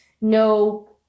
no